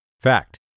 Fact